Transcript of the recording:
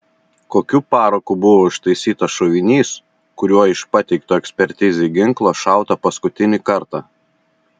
kokiu paraku buvo užtaisytas šovinys kuriuo iš pateikto ekspertizei ginklo šauta paskutinį kartą